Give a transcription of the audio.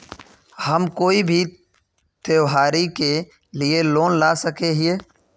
हम कोई भी त्योहारी के लिए लोन ला सके हिये?